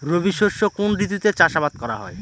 রবি শস্য কোন ঋতুতে চাষাবাদ করা হয়?